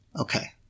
Okay